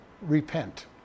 Repent